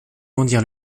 bondir